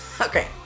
Okay